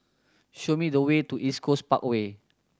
show me the way to East Coast Parkway